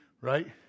Right